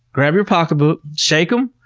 grab your pocketbook, shake em,